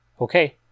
Okay